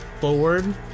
forward